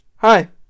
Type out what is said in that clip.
Hi